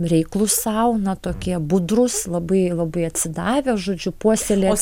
reiklūs sau na tokie budrūs labai labai atsidavę žodžiu puoselėt